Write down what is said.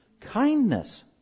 Kindness